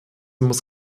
muss